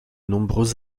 nombreux